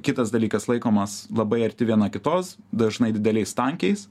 kitas dalykas laikomas labai arti viena kitos dažnai dideliais tankiais